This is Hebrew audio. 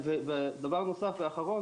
דבר אחרון,